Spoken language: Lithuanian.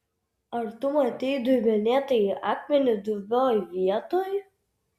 ar tu matei dubenėtąjį akmenį dubioj vietoj